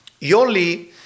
Yoli